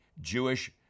Jewish